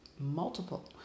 multiple